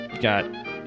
got